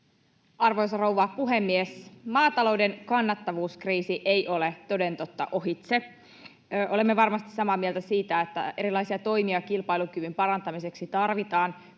Arvoisa rouva puhemies! Maatalouden kannattavuuskriisi ei toden totta ole ohitse. Olemme varmasti samaa mieltä siitä, että erilaisia toimia kilpailukyvyn parantamiseksi tarvitaan.